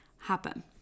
happen